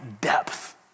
depth